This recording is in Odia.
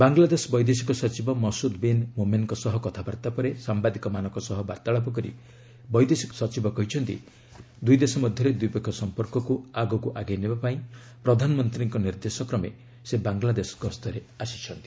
ବାଙ୍ଗଲାଦେଶ ବୈଦେଶିକ ସଚିବ ମସୁଦ୍ ବିନ୍ ମୋମେନ୍ଙ୍କ ସହ କଥାବାର୍ତ୍ତା ପରେ ସାମ୍ବାଦିକମାନଙ୍କ ସହ ବାର୍ତ୍ତାଳାପ କରି ବୈଦେଶିକ ସଚିବ କହିଛନ୍ତି ଦୁଇ ଦେଶ ମଧ୍ୟରେ ଦ୍ୱିପକ୍ଷିୟ ସମ୍ପର୍କକୁ ଆଗକୁ ଆଗେଇ ନେବା ପାଇଁ ପ୍ରଧାନମନ୍ତ୍ରୀଙ୍କ ନିର୍ଦ୍ଦେଶ କ୍ରମେ ସେ ବାଙ୍ଗଲାଦେଶ ଗସ୍ତରେ ଆସିଛନ୍ତି